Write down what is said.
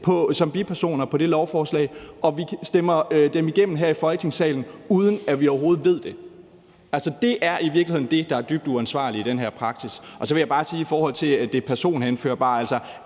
som bipersoner på det lovforslag, og vi stemmer dem igennem her i Folketingssalen, uden at vi overhovedet ved det. Altså, det er i virkeligheden det, der er dybt uansvarligt i den her praksis. Så vil jeg bare sige i forhold til det personhenførbare, at